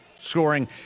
scoring